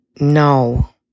No